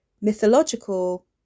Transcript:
mythological